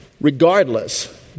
Regardless